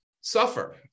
suffer